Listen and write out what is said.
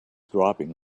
dropping